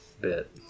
bit